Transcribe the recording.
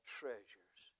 treasures